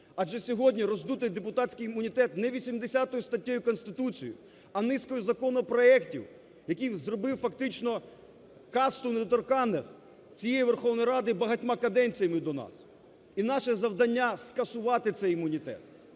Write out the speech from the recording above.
Адже сьогодні роздутий депутатський імунітет не 80 статтею Конституції, а низкою законопроектів, який зробив фактично касту недоторканних цієї Верховної Ради і багатьох каденцій до нас. І наше завдання – скасувати цей імунітет.